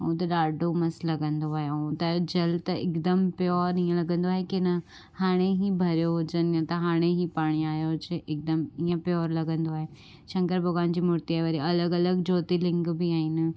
ऐं हुतां जो जल त हिकदमु प्यॉर हीअं लॻंदो आहे की न हाणे ई भरियो हुजे जीअं त हाणे ई पाणी आहियो हुजे हिकदमु ईअं पियो लॻंदो आहे शंकर भॻिवान जी मुर्ति वरी अलॻि अलॻि ज्योतिलिंग बि आहिनि